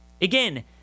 Again